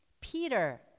Peter